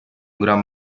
gran